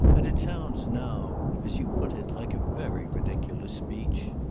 and it sounds now, as you put it, like a very ridiculous speech.